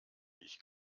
ich